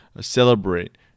celebrate